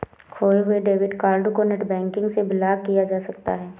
खोये हुए debit card को नेटबैंकिंग से ब्लॉक किया जा सकता है